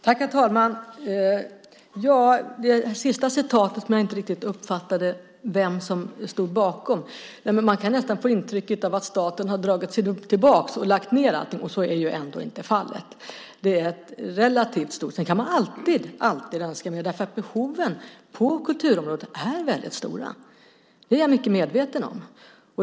Herr talman! Det sista citatet uppfattade jag inte riktigt vem som stod bakom. Man kan nästan få intrycket av att staten har dragit sig tillbaka och lagt ned allting. Så är ändå inte fallet. Man kan alltid önska mer, för behoven på kulturområdet är väldigt stora. Det är jag mycket medveten om.